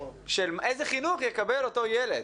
של איזה חינוך יקבל אותו ילד?